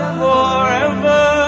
forever